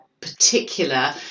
particular